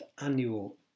Annual